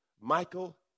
Michael